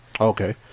okay